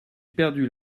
perdu